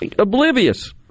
Oblivious